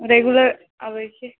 regular आबैके